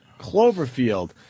Cloverfield